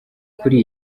kuri